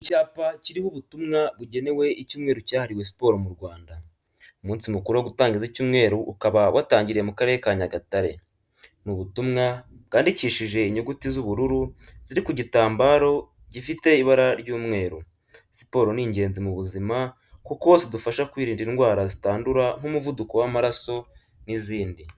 Ni icyapa kiriho ubutumwa bugenewe icyumweru cyahariwe siporo mu Rwanda, umunsi mukuru wo gutangiza icyumweru ukaba watangiriye mu karere ka Nyagatare. Ni ubutumwa bwandikishije inyuguti z'ubururu ziri ku gitambaro gifite ibara ry'umweru. Siporo ni ingenzi mu buzima kuko zidufasha kwirinda indwara zitandura nk'umuvuduko w'amaraso n'izindi.